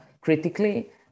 critically